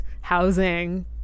housing